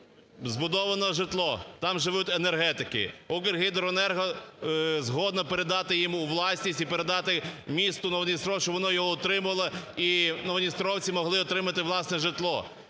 Збудоване житло, там живуть енергетики. "Укргідроенерго" згодна передати їм у власність і передати місту Новодністровськ, щоб воно утримувало і новодністровці могли отримати власне житло.